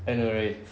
I know right